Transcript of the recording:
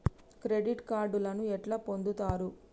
Credit కార్డులను ఎట్లా పొందుతరు?